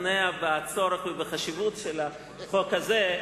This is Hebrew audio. משתכנע בצורך ובחשיבות של החוק הזה.